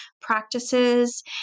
practices